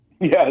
Yes